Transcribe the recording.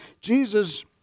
Jesus